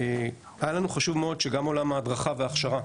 היה לנו חשוב מאוד שגם עולם ההדרכה וההכשרה